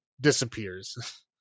disappears